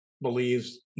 believes